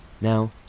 Now